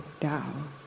down